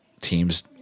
Teams